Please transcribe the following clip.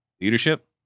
leadership